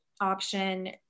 option